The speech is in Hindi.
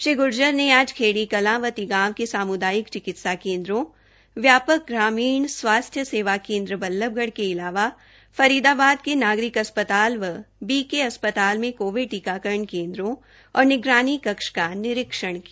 श्री गुर्जर ने आज खेड़ी कलां व तिगांव के सामुदायिक चिकित्सा केन्द्रों यापक ग्रामीण स्वास्थ्य सेवा केन्द्र बल्लभगढ के अलावा फरीदाबाद के नागरिक अस्पताल व बीके अस्पताल में कोविड टीकाकरण केन्द्रों और निगरानी कक्ष का निरीक्षण किया